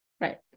Right